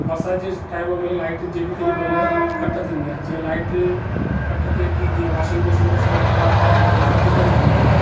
बरिसात जे टाइम में लाइट जेॾी तेॾी महिल कट थींदी आहे जीअं लाइट कट थिए थी जीअं वॉशिंग मशीन में असांजा कपिड़ा पिया आहिनि त उहो अधु कमु थी वेंदो आहे